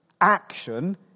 action